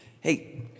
Hey